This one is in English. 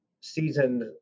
seasoned